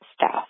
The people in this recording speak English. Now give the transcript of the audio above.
staff